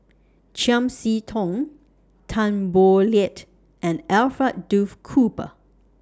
Chiam See Tong Tan Boo Liat and Alfred Duff Cooper